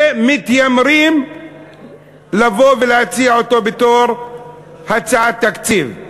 שמתיימרים לבוא ולהציע אותו בתור הצעת תקציב.